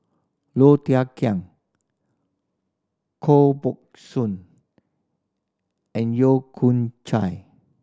Low Thia Khiang Koh Buck Soon and Yeo Con Chye